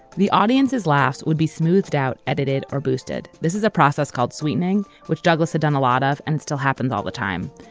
the audience's laughs would be smoothed out, edited, or boosted. this is a process called sweetening, which douglas had done a lot of and still happens all the time.